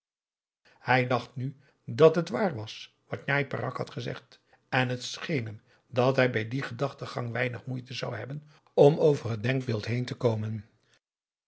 hij dacht nu dat het waar was wat njai peraq had gezegd en het scheen hem dat hij bij dien gedachtengang weinig moeite zou hebben om over het denkbeeld heen te komen